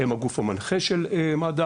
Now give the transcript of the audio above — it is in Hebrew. הוא הגוף המנחה של מד"א,